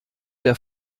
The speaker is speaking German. der